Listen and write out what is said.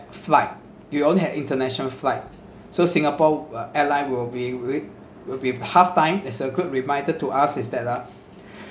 flight we only had international flight so singapore uh airline will be wi~ will be half time is a good reminder to us is that uh